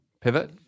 pivot